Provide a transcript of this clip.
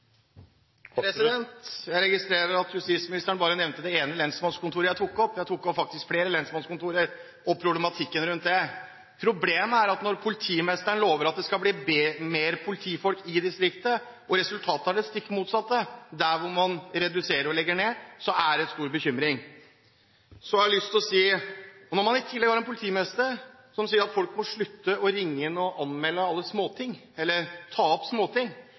Jeg registrerer at justisministeren bare nevnte det ene lensmannskontoret jeg tok opp. Jeg tok faktisk opp flere lensmannskontorer og problematikken rundt det. Problemet er at når politimesteren lover at det skal bli mer politifolk i distriktet, og resultatet er det stikk motsatte der hvor man reduserer og legger ned, er det svært bekymringsfullt. Når man i tillegg har en politimester som sier at folk må slutte å ringe inn og anmelde og ta opp småting,